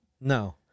No